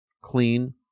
clean